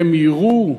הם יירו.